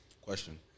Question